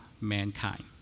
mankind